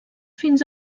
fins